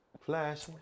flash